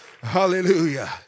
Hallelujah